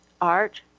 art